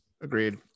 agreed